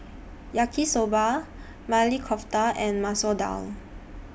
Yaki Soba Maili Kofta and Masoor Dal